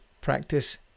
practice